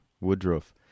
Woodruff